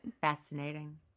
Fascinating